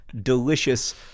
delicious